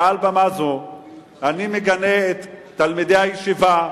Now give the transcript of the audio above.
מעל במה זו אני מגנה את תלמידי הישיבה,